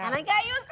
and i got you a